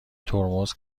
ترمز